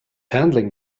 handling